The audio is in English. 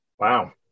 Wow